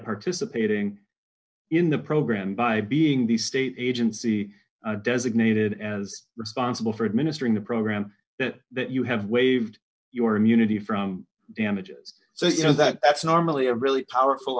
participating in the program by being the state agency designated as responsible for administering the program that you have waived your immunity from damages so you know that that's normally a really powerful